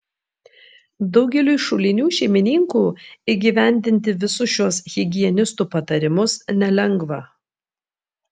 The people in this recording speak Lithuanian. daugeliui šulinių šeimininkų įgyvendinti visus šiuos higienistų patarimus nelengva